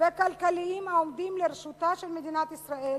והכלכליים העומדים לרשותה של מדינת ישראל,